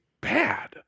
bad